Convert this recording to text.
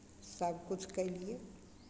सभकिछु कयलियै